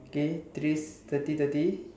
okay today is thirty thirty